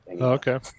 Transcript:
Okay